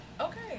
Okay